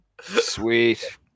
Sweet